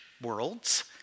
worlds